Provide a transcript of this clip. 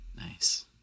Nice